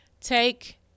take